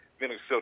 Minnesota